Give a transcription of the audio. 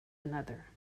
another